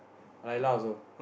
Layla also